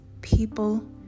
people